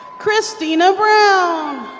christina brown.